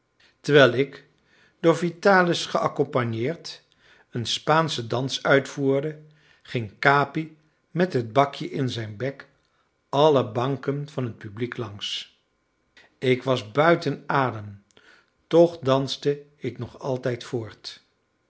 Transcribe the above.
terwijl ik door vitalis geaccompagneerd een spaanschen dans uitvoerde ging capi met het bakje in zijn bek alle banken van het publiek langs ik was buiten adem toch danste ik nog altijd voort